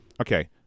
Okay